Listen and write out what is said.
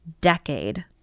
decade